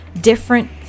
different